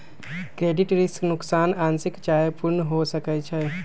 credit risk नोकसान आंशिक चाहे पूर्ण हो सकइ छै